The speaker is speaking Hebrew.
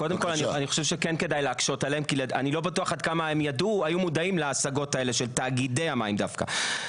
כי אם אתה רואה מה כלול בסעיף 57 אז זה לא מוסיף.